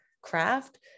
craft